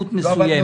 תמימות מסוימת.